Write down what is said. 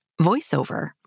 voiceover